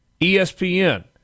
ESPN